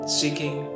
seeking